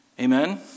Amen